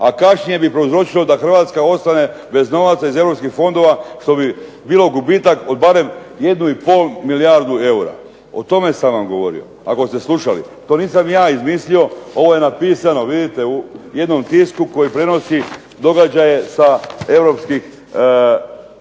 a kašnjenje bi prouzročilo da Hrvatska ostane bez novaca iz europskih fondova, što bi bilo gubitak od barem jednu i pol milijardu eura. O tome sam vam govorio. Ako ste slušali. To nisam ja izmislio, ovo je napisano vidite u jednom tisku koji prenosi događaje sa europskih nivoa